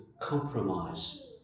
compromise